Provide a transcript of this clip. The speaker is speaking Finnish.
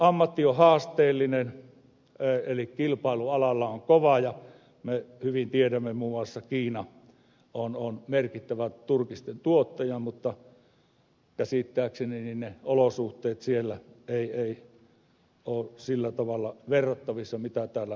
ammatti on haasteellinen kilpailu alalla on kovaa ja me hyvin tiedämme että muun muassa kiina on merkittävä turkisten tuottaja mutta käsittääkseni ne olosuhteet siellä eivät ole sillä tavalla verrattavissa siihen miten on täällä kotimaassa